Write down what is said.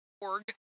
Org